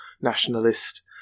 nationalist